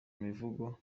mivugo